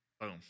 Boom